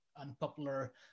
unpopular